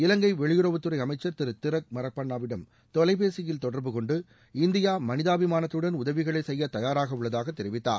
இவங்கை வெளியுறவுத்துறை அமைச்சர் திரு திலக் மரப்பணாவிடம் தொலைபேசியில் தொடர்பு கொண்டு இந்தியா மனிதாபிமானத்துடன் உதவிகளை செய்யத் தயாராக உள்ளதாக தெரிவித்தார்